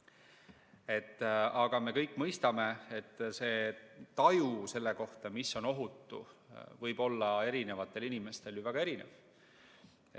Aga me kõik mõistame, et taju selle kohta, mis on ohutu, võib olla eri inimestel väga erinev.